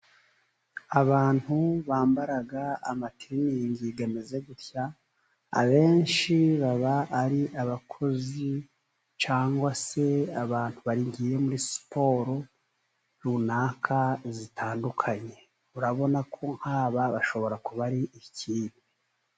Abantu bambara amatiriningi ameze atya, abenshi baba ari abakozi cyangwa se abantu bagiye muri siporo runaka zitandukanye. Urabona ko Nk'aba bashobora kuba ari ikipe.